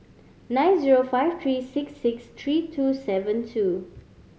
nine zero five three six six three two seven two